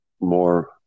more